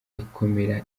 ikomera